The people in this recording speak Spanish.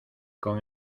con